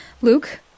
Luke